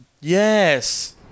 Yes